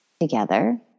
together